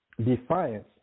defiance